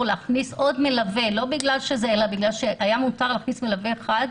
להכניס עוד מלווה מכיוון שאפשר היה להכניס מלווה אחד.